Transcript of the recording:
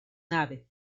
nave